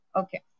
okay